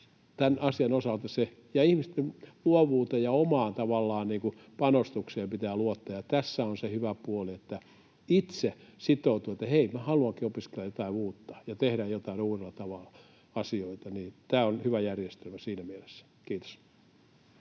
tämän asian osalta se. Ihmisten luovuuteen ja omaan panostukseen pitää luottaa, ja tässä on se hyvä puoli, että itse sitoutuu, että ”hei, minä haluankin opiskella jotain uutta ja tehdä joitain asioita uudella tavalla”. Tämä on hyvä järjestelmä siinä mielessä. — Kiitos.